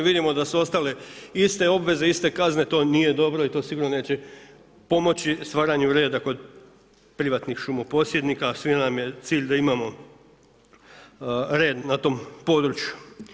Vidimo da su ostale iste obveze, iste kazne, to nije dobro i to sigurno neće pomoći stvaranju reda kod privatnih šumo posjednika, a svima nam je cilj da imamo red na tom području.